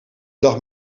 dag